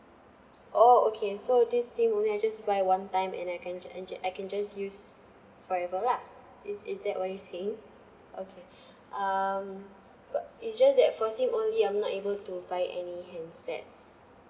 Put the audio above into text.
oh okay so this SIM only I just buy one time and I can ju~ I ju~ I can just use forever lah is is that what you're saying okay um but it's just that for SIM only I'm not able to buy any handsets